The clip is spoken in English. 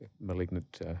malignant